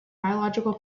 biological